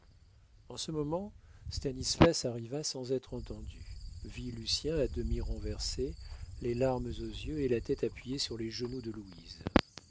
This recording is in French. en ce moment stanislas arriva sans être entendu vit lucien à demi renversé les larmes aux yeux et la tête appuyée sur les genoux de louise